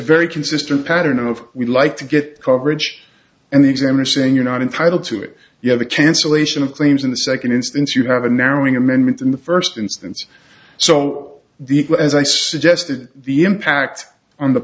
very consistent pattern of we'd like to get coverage and the examiner saying you're not entitled to it you have a chance relation of claims in the second instance you have a narrowing amendment in the first instance so as i suggested the impact on the